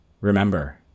remember –